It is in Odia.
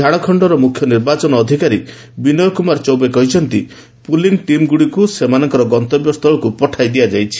ଝାଡ଼ଖଣ୍ଡର ମୁଖ୍ୟ ନିର୍ବାଚନ ଅଧିକାରୀ ବିନୟ କୁମାର ଚୌହେ କହିଛନ୍ତି ପୁଲି ଟିମ୍ଗୁଡ଼ିକୁ ସେମାନଙ୍କର ଗନ୍ତବ୍ୟସ୍ଥଳକୁ ପଠାଇ ଦିଆଯାଇଛି